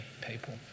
people